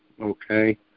okay